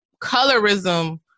colorism